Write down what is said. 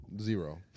Zero